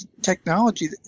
technology